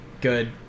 Good